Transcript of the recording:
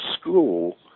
school